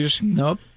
Nope